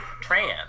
trans